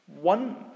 One